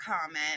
comment